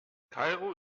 kairo